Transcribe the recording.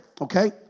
okay